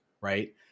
right